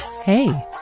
Hey